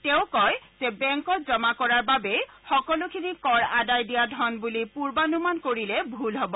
তেওঁ কয় যে বেংকত জমা কৰাৰ বাবেই সকলোখিনি কৰ আদায় দিয়া ধন বুলি পূৰ্বানুমান কৰিলে ভুল হব